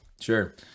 Sure